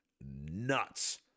nuts